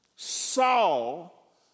Saul